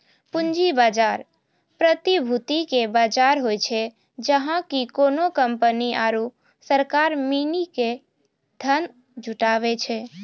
पूंजी बजार, प्रतिभूति के बजार होय छै, जहाँ की कोनो कंपनी आरु सरकार मिली के धन जुटाबै छै